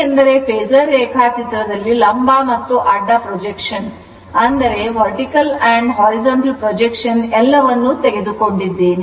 ಏಕೆಂದರೆ ಫೇಸರ್ ರೇಖಾಚಿತ್ರದಲ್ಲಿ ಲಂಬ ಮತ್ತು ಅಡ್ಡ ಪ್ರೊಜೆಕ್ಷನ್ ಎಲ್ಲವನ್ನೂ ತೆಗೆದುಕೊಂಡಿದ್ದೇನೆ